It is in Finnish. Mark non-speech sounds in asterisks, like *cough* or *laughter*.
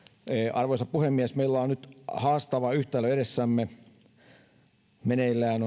arvoisa puhemies meillä on nyt haastava yhtälö edessämme meneillään *unintelligible*